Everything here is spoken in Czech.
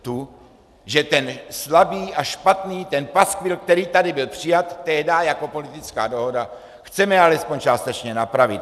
Tu, že ten slabý a špatný, ten paskvil, který tady byl přijat tehdy jako politická dohoda, chceme alespoň částečně napravit.